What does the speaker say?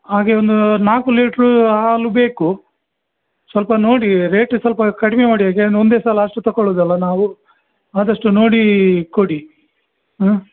ಹಾಗೇ ಒಂದು ನಾಲ್ಕು ಲೀಟ್ರೂ ಹಾಲು ಬೇಕು ಸ್ವಲ್ಪ ನೋಡಿ ರೇಟ್ ಸ್ವಲ್ಪ ಕಡಿಮೆ ಮಾಡಿ ಹೇಗೆ ಒಂದೇ ಸಲ ಅಷ್ಟು ತಗೋಳುದಲ ನಾವು ಆದಷ್ಟು ನೋಡೀ ಕೊಡಿ ಹಾಂ